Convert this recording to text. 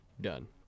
Done